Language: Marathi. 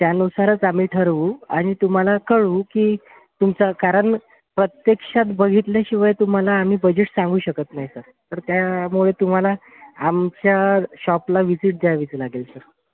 त्यानुसारच आम्ही ठरवू आणि तुम्हाला कळवू की तुमचं कारण प्रत्यक्षात बघितल्याशिवाय तुम्हाला आम्ही बजेट सांगू शकत नाही सर तर त्यामुळे तुम्हाला आमच्या शॉपला व्हिजिट द्यावीच लागेल सर